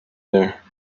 there